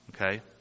Okay